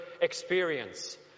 experience